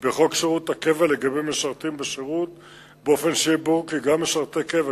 בחוק שירות הקבע לגבי משרתים בשירות באופן שיהיה ברור כי גם משרתי קבע,